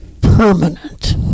permanent